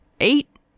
eight